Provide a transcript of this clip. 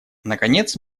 наконец